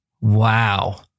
Wow